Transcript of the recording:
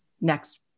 next